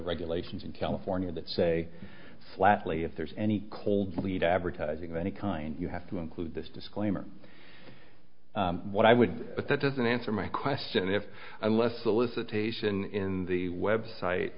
regulations in california that say flatly if there's any cold bleed advertising of any kind you have to include this disclaimer what i would but that doesn't answer my question if i left solicitation in the web